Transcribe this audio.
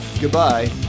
Goodbye